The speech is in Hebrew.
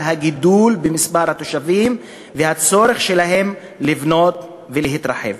הגידול במספר התושבים והצורך שלהם לבנות ולהתרחב.